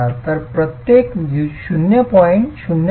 तर प्रत्येक वक्र 0